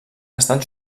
estan